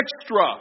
Extra